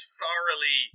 thoroughly